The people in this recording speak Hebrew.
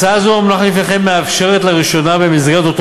הצעה זו המונחת לפניכם מאפשרת לראשונה במסגרת אותו